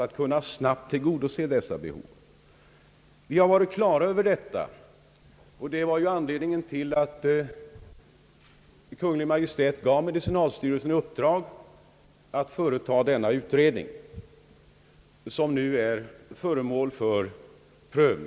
Vi har haft detta klart för oss, och det var anledningen till att Kungl. Maj:t uppdrog åt medicinalstyrelsen att företa den utredning som nu är föremål för prövning.